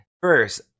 First